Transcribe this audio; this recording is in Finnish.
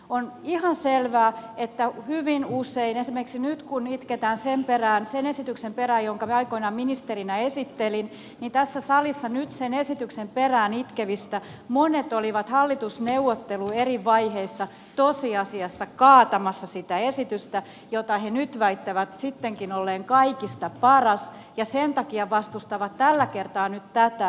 on ihan selvää esimerkiksi nyt kun itketään sen esityksen perään jonka minä aikoinaan ministerinä esittelin että tässä salissa nyt sen esityksen perään itkevistä monet olivat hallitusneuvottelujen eri vaiheissa tosiasiassa kaatamassa sitä esitystä jonka he nyt väittävät sittenkin olleen kaikista paras ja sen takia vastustavat nyt tällä kertaa tätä esitystä